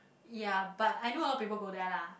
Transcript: ya but I know a lot of people go there lah